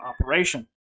operation